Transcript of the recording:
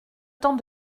temps